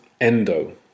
Endo